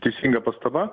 teisinga pastaba